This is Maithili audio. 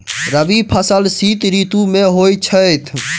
रबी फसल शीत ऋतु मे होए छैथ?